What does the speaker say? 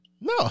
No